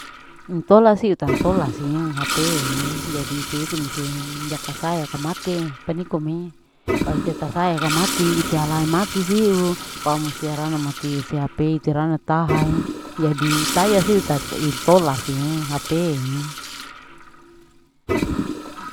Intola si itantola si hp hi jadi ite-ite mise dia kasaya kamate paniko me kalau ite tasaya kamati ite halai mati siu pau ma siu harana mati sie hp ite rana tahae jadi itaya siu itat intola siu hp